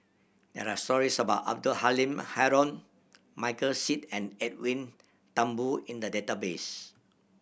there are stories about Abdul Halim Haron Michael Seet and Edwin Thumboo in the database